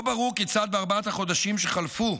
לא ברור כיצד בארבעת החודשים שחלפו,